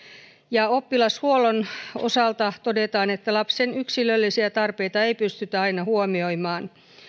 sisäilmaongelmia oppilashuollon osalta todetaan että lapsen yksilöllisiä tarpeita ei pystytä aina huomioimaan